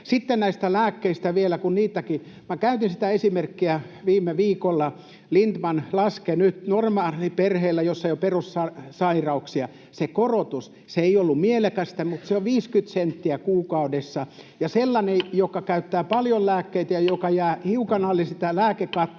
Sitten näistä lääkkeistä vielä: Minä käytin sitä esimerkkiä viime viikolla. Lindtman laskee nyt normaaliperheillä, joissa ei ole perussairauksia. Se korotus ei ollut mielekästä, mutta se on 50 senttiä kuukaudessa, ja sellaiselle, joka käyttää paljon lääkkeitä ja joka jää hiukan alle sitä lääkekattoa,